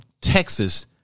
Texas